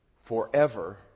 Forever